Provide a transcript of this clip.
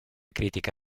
critica